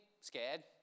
scared